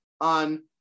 on